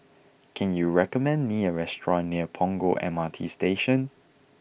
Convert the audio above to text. can you recommend me a restaurant near Punggol M R T Station